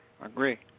Agree